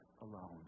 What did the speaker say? alone